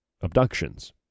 abductions